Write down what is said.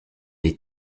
les